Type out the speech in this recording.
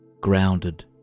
grounded